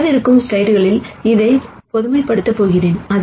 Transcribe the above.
வரவிருக்கும் ஸ்லைடுகளில் இதை பொதுமைப்படுத்தப் போகிறேன்